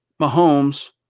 Mahomes